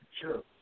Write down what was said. Sure